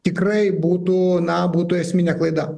tikrai būtų na būtų esminė klaida